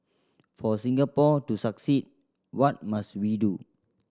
for Singapore to succeed what must we do